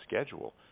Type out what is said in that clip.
schedule